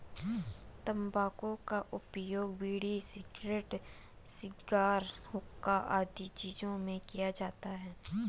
तंबाकू का उपयोग बीड़ी, सिगरेट, शिगार, हुक्का आदि चीजों में किया जाता है